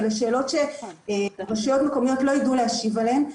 אלה שאלות שרשויות מקומיות לא ידעו להשיב עליהן.